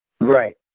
Right